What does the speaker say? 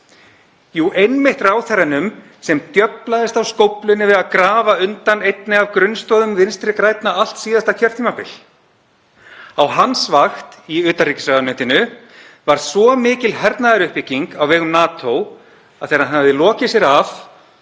Jú, einmitt ráðherranum sem djöflaðist á skóflunni við að grafa undan einni af grunnstoðum Vinstri grænna allt síðasta kjörtímabil. Á hans vakt í utanríkisráðuneytinu var svo mikil hernaðaruppbygging á vegum NATO að þegar hann hafði lokið sér af